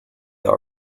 all